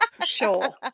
Sure